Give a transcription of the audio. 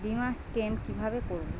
বিমা ক্লেম কিভাবে করব?